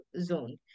zone